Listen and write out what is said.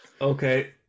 Okay